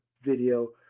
video